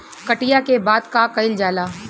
कटिया के बाद का कइल जाला?